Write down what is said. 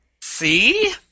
see